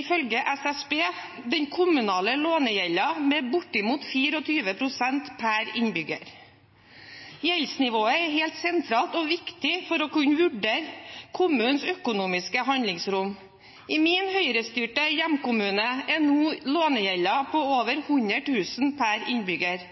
ifølge SSB, den kommunale lånegjelden med bortimot 24 pst. per innbygger. Gjeldsnivået er helt sentralt og viktig for å kunne vurdere kommunens økonomiske handlingsrom. I min Høyre-styrte hjemkommune er nå lånegjelden på over 100 000 kr per innbygger.